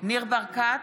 ניר ברקת,